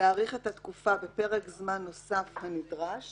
להאריך את התקופה בפרק זמן נוסף הנדרש